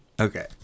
okay